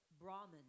Brahman